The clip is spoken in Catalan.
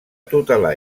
tutelar